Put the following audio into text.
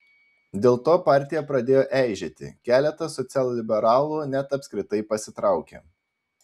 dėl to partija pradėjo eižėti keletas socialliberalų net apskritai pasitraukė